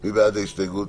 מי בעד ההסתייגות?